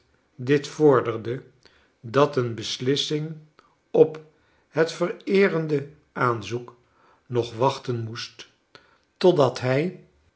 dit vorderde dat een beslissing op het vereerende aanzoek nog wachten moest totdat hij